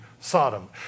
Sodom